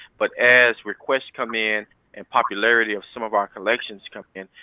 but as requests come in and popularity of some of our collections comes in,